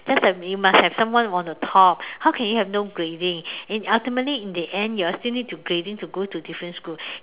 just like you must have someone on the top how can you have no grading and ultimately in the end you are still need to grading to go to different school